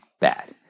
bad